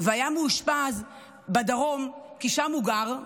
והיה מאושפז בדרום, כי שם הוא גר,